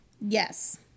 Yes